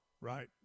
Right